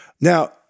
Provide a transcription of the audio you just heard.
Now